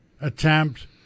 attempt